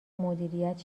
مدیریت